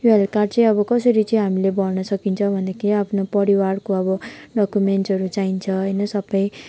यो health card चाहिँ अब कसरी चाहिँ हामीले भर्न सकिन्छ भन्दाखेरि आफ्नो परिवारको अब डक्युमेन्ट्सहरू चाहिन्छ होइन सबै